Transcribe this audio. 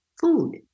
Food